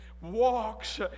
walks